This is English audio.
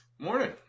Morning